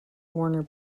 warner